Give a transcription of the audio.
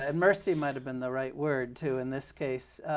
and mercy might have been the right word, too, in this case.